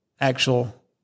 actual